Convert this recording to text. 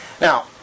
now